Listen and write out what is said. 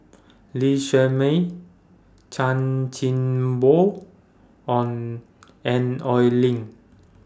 Lee Shermay Chan Chin Bock on and Oi Lin